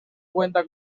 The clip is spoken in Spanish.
cuenta